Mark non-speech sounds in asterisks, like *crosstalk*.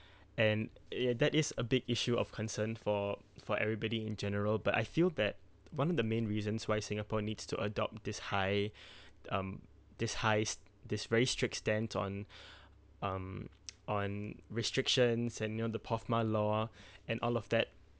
*breath* and ya that is a big issue of concern for for everybody in general but I feel that one of the main reasons why singapore needs to adopt this high *breath* um this high this very strict stent on *breath* um *noise* on restrictions and you know the *breath* and all of that